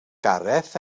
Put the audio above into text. gareth